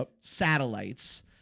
satellites